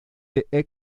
the